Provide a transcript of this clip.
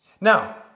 Now